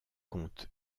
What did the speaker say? comte